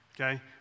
Okay